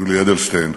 יולי אדלשטיין,